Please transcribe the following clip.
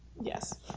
Yes